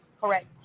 correct